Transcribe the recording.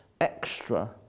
extra